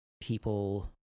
people